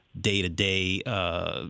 day-to-day